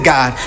God